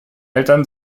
eltern